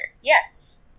yes